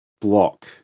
block